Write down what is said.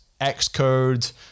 Xcode